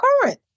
current